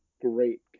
great